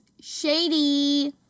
shady